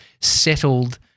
settled